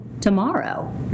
tomorrow